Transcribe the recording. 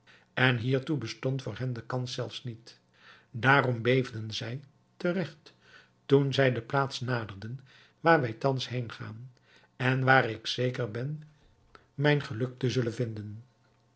en hiertoe bestond voor hen de kans zelfs niet daarom beefden zij te regt toen zij de plaats naderden waar wij thans heengaan en waar ik zeker ben mijn geluk te zullen vinden